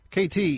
KT